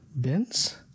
bins